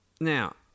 Now